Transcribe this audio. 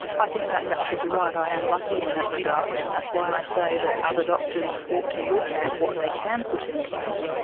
i think that's absolutely right, i am lucky in that regard, and that's why i say that other doctors ought to look at what they can put in place,